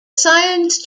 science